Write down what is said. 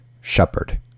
shepherd